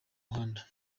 muhanda